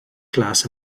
class